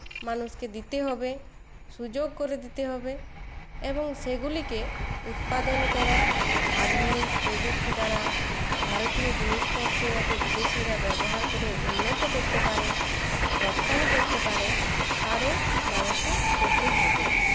মানুষকে দিতে হবে সুযোগ করে দিতে হবে এবং সেগুলিকে উৎপাদন করা আধুনিক প্রযুক্তি দ্বারা ভারতীয় জিনিসপত্র যাতে বিদেশীরা ব্যবহার করে উন্নত করতে পারে রপ্তানি করতে পারে তারও ব্যবস্থা করতে হবে